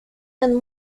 and